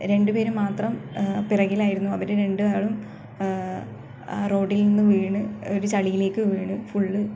രണ്ടു പേർ മാത്രം പിറകിലായിരുന്നു അവർ രണ്ടാളും റോഡില് നിന്ന് വീണ് ഒരു ചളിയിലേക്ക് വീണ് ഫുൾ